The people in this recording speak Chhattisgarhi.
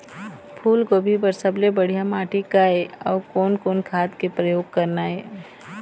फूलगोभी बर सबले बढ़िया माटी का ये? अउ कोन कोन खाद के प्रयोग करना ये?